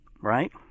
Right